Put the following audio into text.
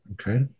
okay